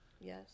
yes